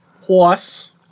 Plus